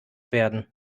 werden